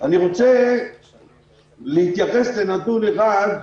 אני רוצה להתייחס לנתון אחד,